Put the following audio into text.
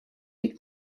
die